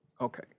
Okay